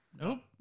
nope